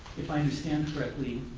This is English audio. if i understand correctly,